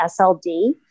SLD